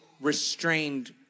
restrained